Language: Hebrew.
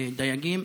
הדייגים.